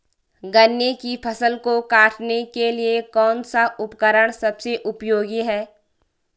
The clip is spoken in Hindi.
गन्ने की फसल को काटने के लिए कौन सा उपकरण सबसे उपयोगी है?